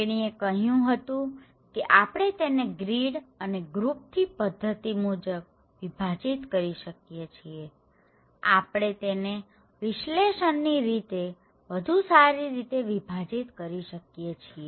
તેણીએ કહ્યું હતું કે આપણે તેને ગ્રીડ અને ગ્રુપ ની પધ્ધતિ મુજબ વિભાજીત કરી શકીએ છીએ આપણે તેને વિશ્લેષણની રીતે વધુ સારી રીતે વિભાજીત કરી શકીએ